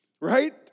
right